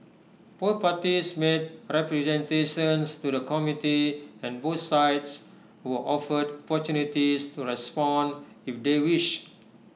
both parties made representations to the committee and both sides were offered opportunities to respond if they wished